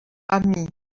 amy